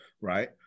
right